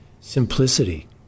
simplicity